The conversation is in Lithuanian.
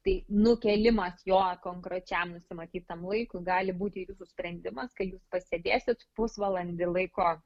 tai nukėlimas jo konkrečiam nusimatytam laikui gali būti jūsų sprendimas kai jūs pasėdėsit pusvalandį laiko